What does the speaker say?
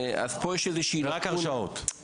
וזה רק הרשעות.